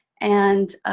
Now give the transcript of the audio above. and